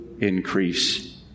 increase